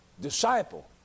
Disciple